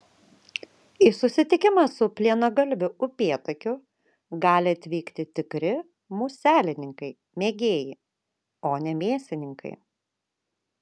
į susitikimą su plienagalviu upėtakiu gali atvykti tikri muselininkai mėgėjai o ne mėsininkai